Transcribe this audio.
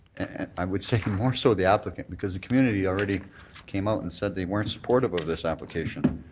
i was thinking more so the applicant because the community already came out and said they weren't supportive of this application.